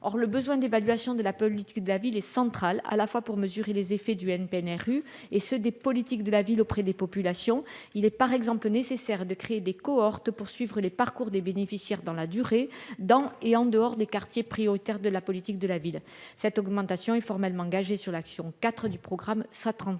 or le besoin d'évaluation de la politique de la ville et centrale, à la fois pour mesurer les effets du NPNRU et ceux des politiques de la ville auprès des populations, il est par exemple nécessaire de créer des cohortes poursuivre les parcours des bénéficiaires dans la durée, dans et en dehors des quartiers prioritaires de la politique de la ville, cette augmentation est formellement engagé sur l'action IV du programme sera